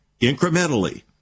incrementally